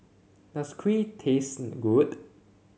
does Kheer taste good